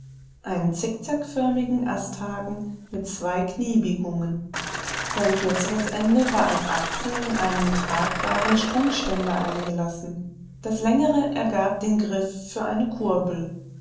ein einfaches selbsterfundenes gerät einen zickzackförmigen asthaken mit zwei kniebiegungen sein kürzeres ende war als achse in einen tragbaren strunkständer eingelassen das längere ergab den griff für eine kurbel